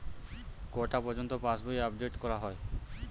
কটা পযর্ন্ত পাশবই আপ ডেট করা হয়?